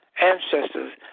ancestors